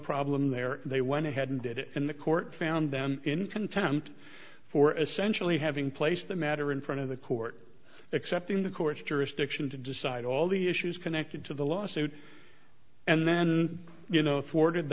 problem there they went ahead and did it and the court found them in contempt for essentially having placed the matter in front of the court accepting the court's jurisdiction to decide all the issues connected to the lawsuit and then you know thwarted